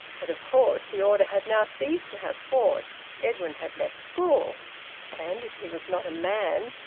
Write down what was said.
but of course the order had now ceased to have force. edwin had left school and, if he was not a man,